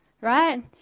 right